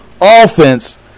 offense